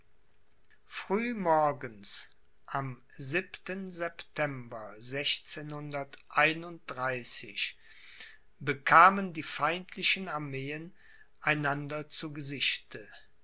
früh morgens am bekamen die feindlichen armeen einander zu gesichte